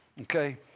Okay